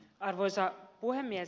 arvoisa puhemies